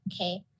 Okay